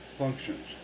functions